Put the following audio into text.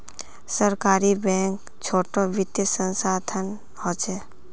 सहकारी बैंक छोटो वित्तिय संसथान होछे